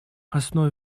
основе